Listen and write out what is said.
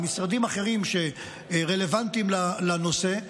משרדים אחרים שרלוונטיים לנושא,